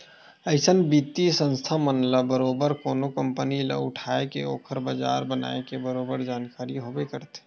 अइसन बित्तीय संस्था मन ल बरोबर कोनो कंपनी ल उठाय के ओखर बजार बनाए के बरोबर जानकारी होबे करथे